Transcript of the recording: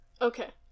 Okay